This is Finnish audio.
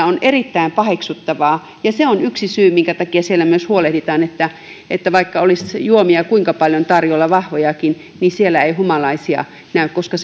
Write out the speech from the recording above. on erittäin paheksuttavaa se on yksi syy minkä takia siellä myös huolehditaan että että vaikka olisi juomia kuinka paljon tarjolla vahvojakin niin siellä ei humalaisia näy koska